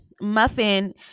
muffin